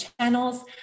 channels